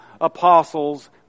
apostles